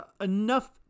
enough